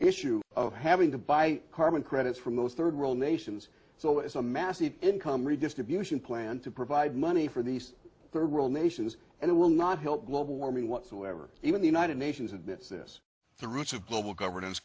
issue of having to buy carbon credits from those third world nations so it's a massive income redistribution plan to provide money for these third world nations and it will not help global warming whatsoever even the united nations admits this the roots of global governance